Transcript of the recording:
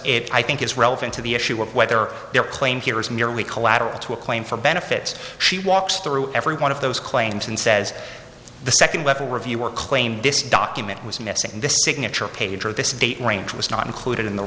because i think it's relevant to the issue of whether their claim here is merely collateral to a claim for benefits she walks through every one of those claims and says the second level review or claim this document was missing and the signature page or this date range was not included in the